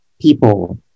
people